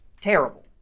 Terrible